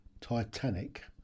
Titanic